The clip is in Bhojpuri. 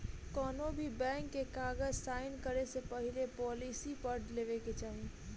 कौनोभी बैंक के कागज़ साइन करे से पहले पॉलिसी पढ़ लेवे के चाही